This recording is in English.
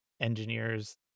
engineers